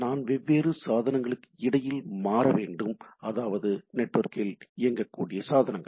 நான் வெவ்வேறு சாதனங்களுக்கு இடையில் மாற வேண்டும் அதாவது நெட்வொர்க்கில் இயங்கக்கூடிய சாதனங்கள்